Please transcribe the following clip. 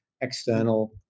external